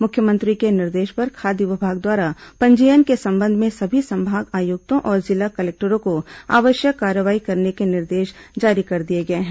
मुख्यमंत्री के निर्देश पर खाद्य विभाग द्वारा पंजीयन के संबंध में सभी संभाग आयुक्तों और जिला कलेक्टरों को आवश्यक कार्रवाई करने के निर्देश जारी कर दिए गए हैं